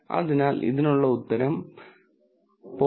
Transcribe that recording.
അതിനാൽ ഇതിനുള്ള ഉത്തരം 0